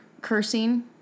cursing